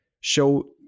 show